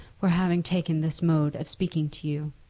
for having taken this mode of speaking to you.